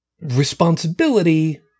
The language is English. responsibility –